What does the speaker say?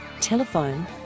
Telephone